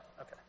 Okay